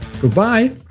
Goodbye